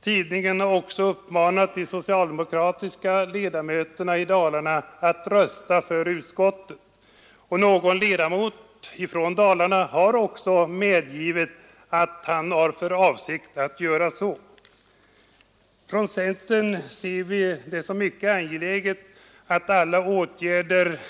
Tidningen har uppmanat de socialdemokratiska riksdagsledamöterna från Dalarna att rösta för utskottet, och någon av dem har också medgivit att han har för avsikt att göra så. Inom centern ser vi det som mycket angeläget att alla åtgärder